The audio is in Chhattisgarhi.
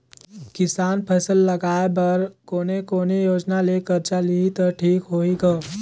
किसान फसल लगाय बर कोने कोने योजना ले कर्जा लिही त ठीक होही ग?